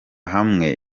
hamwe